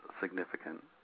significant